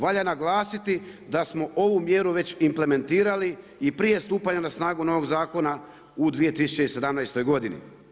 Valja naglasiti da smo ovu mjeru već implementirali i prije stupanja na snagu novog zakona u 2017. godini.